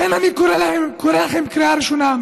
לכן אני קורא לכם קריאה אחרונה.